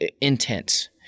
intense